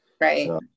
Right